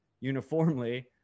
uniformly